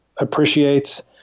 Appreciates